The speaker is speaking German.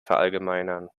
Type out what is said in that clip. verallgemeinern